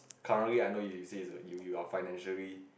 currently I know you say is you you're financially